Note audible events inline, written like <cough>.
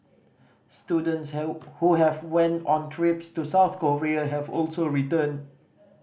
students <unintelligible> who went on trips to South Korea have also returned <noise>